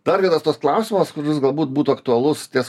dar vienas toks klausimas kuris galbūt būtų aktualus ties